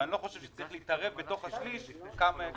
אבל אני לא חושב שצריך להתערב בתוך השליש כמה צריכים להיות.